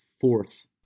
fourth